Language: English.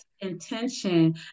intention